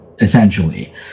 Essentially